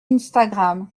instagram